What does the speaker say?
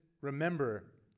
remember